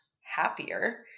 happier